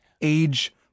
age